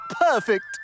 perfect